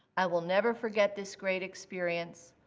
i will never forget this great experience.